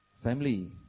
Family